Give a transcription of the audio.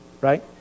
right